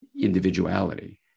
individuality